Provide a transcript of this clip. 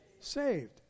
Saved